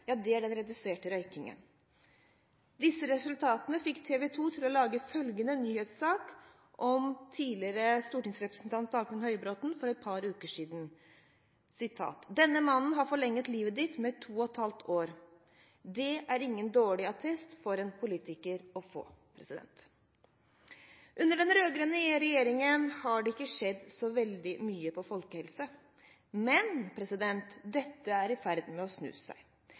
er den reduserte røykingen. Disse resultatene fikk TV 2 til å lage følgende nyhetssak om tidligere stortingsrepresentant Dagfinn Høybråten for et par uker siden: «Denne mannen har forlenget livet ditt med 2,5 år.» Det er ingen dårlig attest for en politiker å få. Under den rød-grønne regjeringen har det ikke skjedd så veldig mye med hensyn til folkehelse. Men dette er i ferd med å snu.